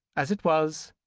as it was,